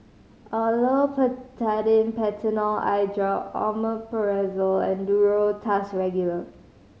Olopatadine Patanol Eyedrop Omeprazole and Duro Tuss Regular